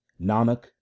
Nanak